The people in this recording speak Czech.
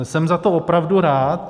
Jsem za to opravdu rád.